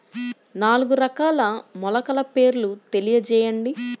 నాలుగు రకాల మొలకల పేర్లు తెలియజేయండి?